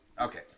okay